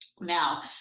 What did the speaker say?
Now